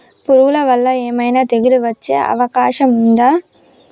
పురుగుల వల్ల ఏమైనా తెగులు వచ్చే అవకాశం ఉందా?